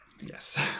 Yes